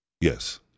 Yes